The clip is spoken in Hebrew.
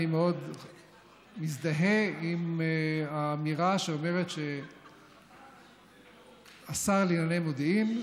אני מאוד מזדהה עם האמירה שאומרת שהשר לענייני מודיעין,